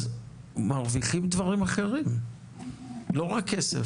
אז מרוויחים דברים אחרים; לא רק כסף.